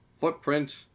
footprint